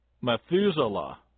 Methuselah